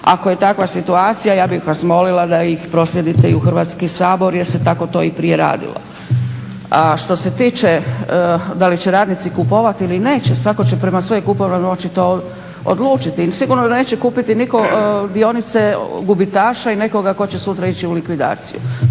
Ako je takva situacija ja bih vas molila da ih proslijedite i u Hrvatski sabor jer se tako to i prije radilo. A što se tiče da li će radnici kupovati ili neće, svatko će prema svojoj kupovnoj moći to odlučiti. Sigurno da neće kupiti nitko dionice gubitaša i nekoga tko će sutra ići u likvidaciju.